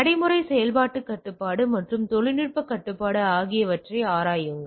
நடைமுறை செயல்பாட்டு கட்டுப்பாடு மற்றும் தொழில்நுட்ப கட்டுப்பாடு ஆகியவற்றை ஆராயுங்கள்